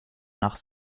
nach